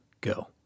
go